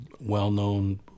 well-known